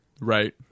Right